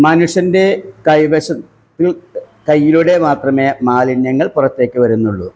മനുഷ്യൻ്റെ കൈവശം കയ്യിലൂടെ മാത്രമേ മാലിന്യങ്ങൾ പുറത്തേക്ക് വരുന്നുള്ളൂ